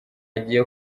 agiye